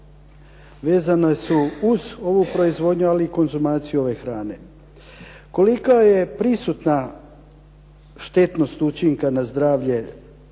vezane su uz ovu proizvodnju ali i konzumaciju ove hrane. Kolika je prisutna štetnost učinka na zdravlje